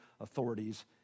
authorities